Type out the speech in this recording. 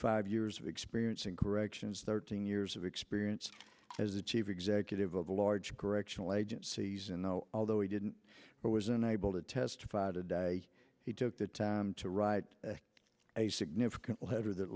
five years of experience in corrections thirteen years experience as a chief executive of a large correctional agencies and although he didn't but was unable to testify today he took the time to write a significant letter that